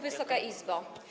Wysoka Izbo!